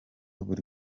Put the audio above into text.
buri